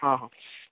ହଁ ହଁ